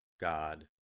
God